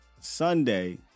Sunday